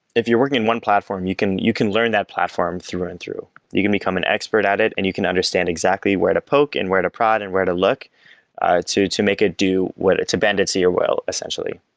if you're working in one platform, you you can learn that platform through and through. you can become an expert at it and you can understand exactly where to poke and where to prod and where to look to to make it do to bend it to your will essentially.